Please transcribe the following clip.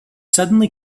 suddenly